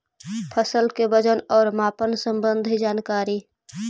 फसल के वजन और मापन संबंधी जनकारी?